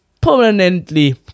permanently